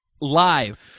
live